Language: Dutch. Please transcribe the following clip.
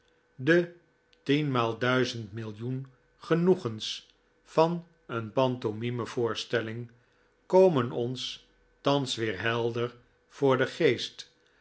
de tienmaal duizend millioen genoegens van een pantomime voorstelling komen ons thans weer helder voor den geest